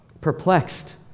perplexed